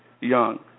Young